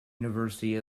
university